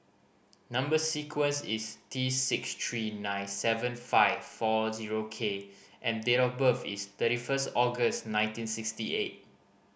number sequence is T six three nine seven five four zero K and date of birth is thirty first August nineteen sixty eight